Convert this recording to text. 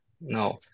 no